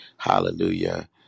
hallelujah